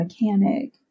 mechanic